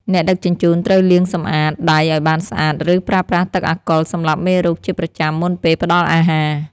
អ្នកដឹកជញ្ជូនត្រូវលាងសម្អាតដៃឱ្យបានស្អាត ឬប្រើប្រាស់ទឹកអាល់កុលសម្លាប់មេរោគជាប្រចាំមុនពេលផ្ដល់អាហារ។